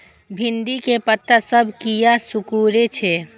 भिंडी के पत्ता सब किया सुकूरे छे?